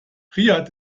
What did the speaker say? riad